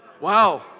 Wow